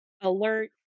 alert